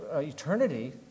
eternity